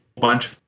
bunch